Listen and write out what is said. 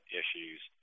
issues